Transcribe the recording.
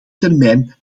termijn